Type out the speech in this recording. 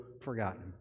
forgotten